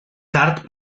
tard